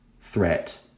threat